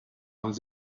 was